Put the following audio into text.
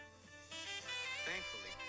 thankfully